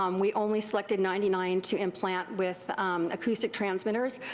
um we only selected ninety nine to implant with acoustic transmitters.